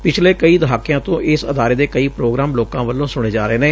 ਪਿਛਲੇ ਕਈ ਦਹਾਕਿਆਂ ਤੋਂ ਇਸ ਅਦਾਰੇ ਦੇ ਕਈ ਪ੍ਰੋਗਰਾਮ ਲੋਕਾਂ ਵੱਲੋਂ ਸੁਣੇ ਜਾ ਰਹੇ ਨੇ